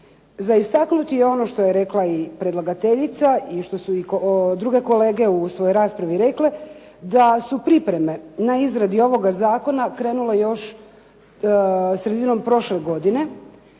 Za istaknuti je ono što je rekla i predlagateljica i što su i druge kolege u svojoj raspravi rekle, da su pripreme na izradi ovoga zakona krenule još sredinom prošle godine.